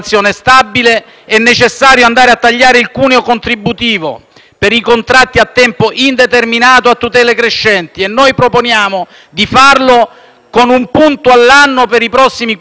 per i contratti a tempo indeterminato a tutele crescenti, e noi proponiamo di farlo con un punto all'anno per i prossimi quattro anni. Il secondo è favorire la ripresa degli investimenti;